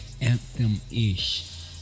anthem-ish